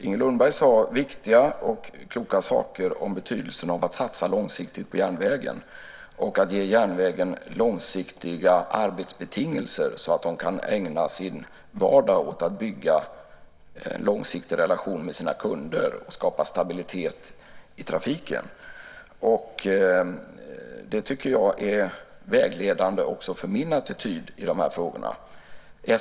Inger Lundberg sade viktiga och kloka saker om betydelsen av att satsa långsiktigt på järnvägen och att ge järnvägen långsiktiga arbetsbetingelser så att man kan ägna vardagen åt att bygga långsiktiga relationer med sina kunder och skapa stabilitet i trafiken. Det är vägledande för min attityd i frågorna.